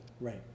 right